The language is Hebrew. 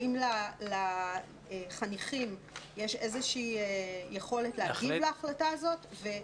האם לחניכים יש איזו יכולת להגיב להחלטה הזאת.